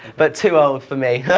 but too old for me!